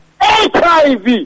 HIV